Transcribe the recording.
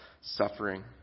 suffering